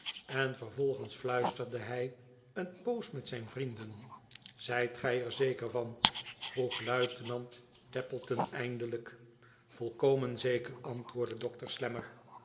en vervolgens fluisterde hij een poos met zijn vrienden zijt gij er zeker van vroeg luitenant tappleton eindelijk volkomen zeker antwoordde dokter slammer